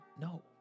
No